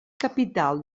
capital